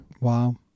Wow